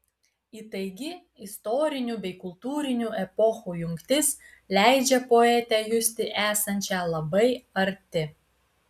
įtaigi istorinių bei kultūrinių epochų jungtis leidžia poetę justi esančią labai arti